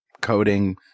coding